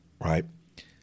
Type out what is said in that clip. right